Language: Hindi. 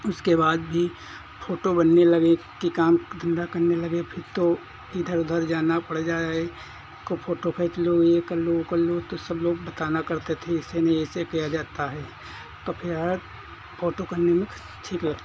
उसके बाद भी फ़ोटो बनने लगे कि काम धन्धा करने लगे फिर तो इधर उधर जाना पड़ जाए फिर फ़ोटो खींच लो यह कर लो वह कर लो कि सब लोग बताया करते थे ऐसे नहीं ऐसे किया जाता है तो यह है फ़ोटो करने में ठीक लगता है